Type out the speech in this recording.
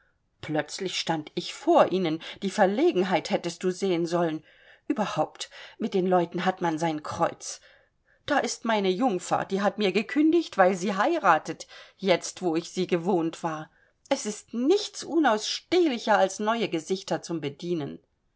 plötzlich stand ich vor ihnen die verlegenheit hättest du sehen sollen überhaupt mit den leuten hat man sein kreuz da ist meine jungfer die hat mir gekündigt weil sie heiratet jetzt wo ich sie gewohnt war es ist nichts unausstehlicher als neue gesichter zum bedienen